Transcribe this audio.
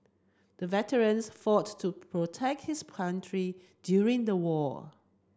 the veterans fought to protect his country during the war